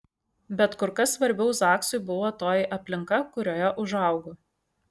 bet kur kas svarbiau zaksui buvo toji aplinka kurioje užaugo